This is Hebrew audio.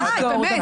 די, באמת.